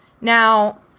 now